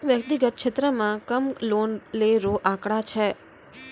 व्यक्तिगत क्षेत्रो म कम लोन लै रो आंकड़ा छै